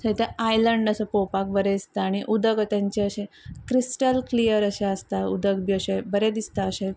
island अशें पळोवपाक बरें दिसता आनी उदक तांचे अशे क्रिस्टल क्लियर अशे आसता उदक बी अशे बरें दिसता अशें